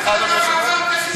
סליחה, אדוני היושב-ראש?